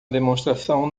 demonstração